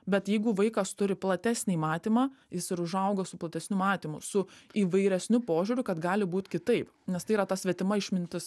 bet jeigu vaikas turi platesnį matymą jis ir užauga su platesniu matymu su įvairesniu požiūriu kad gali būt kitaip nes tai yra ta svetima išmintis